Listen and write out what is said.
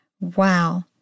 Wow